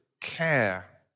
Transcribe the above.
care